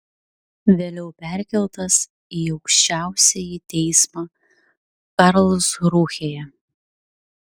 vėliau perkeltas į aukščiausiąjį teismą karlsrūhėje